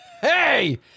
Hey